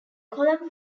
column